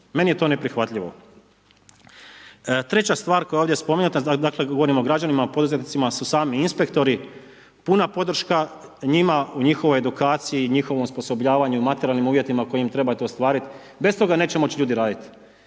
meni je to neprihvatljivo. Treća stvar koja je ovdje spomenuta, dakle govorim o građanima poduzetnicima su sami inspektori, puna podrška njima u njihovoj edukciji i njihovom osposobljavanju i materijalnim uvjetima koji im trebate ostvariti, bez toga neće moći ljudi raditi.